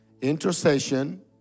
intercession